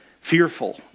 fearful